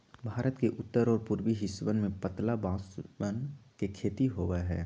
भारत के उत्तर और पूर्वी हिस्सवन में पतला बांसवन के खेती होबा हई